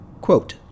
Quote